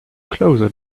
closer